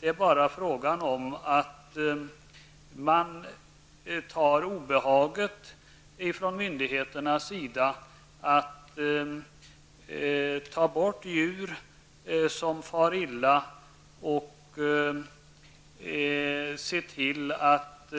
Det är bara fråga om att man från myndigheternas sida tar obehaget att ta bort djur som far illa och ser till att